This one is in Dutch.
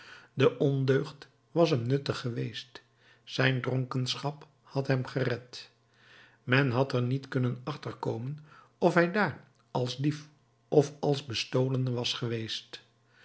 de ondeugd was hem nuttig geweest zijn dronkenschap had hem gered men had er niet kunnen achterkomen of hij daar als dief of als bestolene was geweest